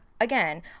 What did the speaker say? again